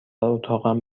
اتاقم